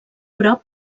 prop